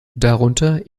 darunter